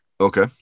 Okay